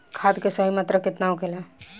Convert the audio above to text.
खाद्य के सही मात्रा केतना होखेला?